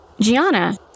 Gianna